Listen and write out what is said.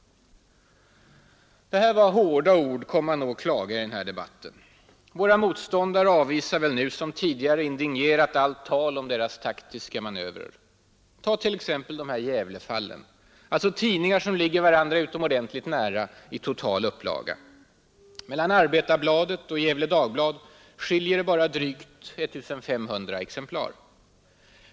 Det här var hårda ord, kommer man nog att klaga i den här debatten. Våra motståndare avvisar väl nu som tidigare indignerat allt tal om deras taktiska manövrer. Ta t.ex. de här Gävlefallen, alltså tidningar som ligger varandra utomordentligt nära i total upplaga. Mellan Arbetarbladet och Gefle Dagblad skiljer det bara drygt 1 500 exemplar.